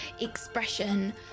expression